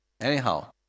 Anyhow